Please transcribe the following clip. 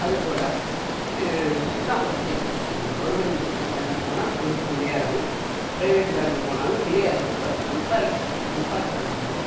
அதுபோல் இது தான் ஒரு வித்தியாசம் நம்ம கவுர்மெண்ட் பேங்க்கு போனால் கொஞ்சம் டிலே ஆகும் பிரைவேட் பேங்க்கு போனாலும் டிலே ஆகும் பட் கம்பேரிசன் கம்பேர் பண்ணும் போது